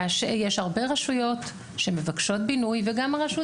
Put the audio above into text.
יש הרבה רשויות שמבקשות בינוי וגם הרשות